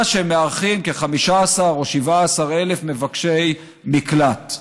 שהם מארחים כ-15,00 או 17,000 מבקשי מקלט.